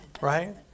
right